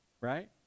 right